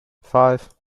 five